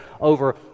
over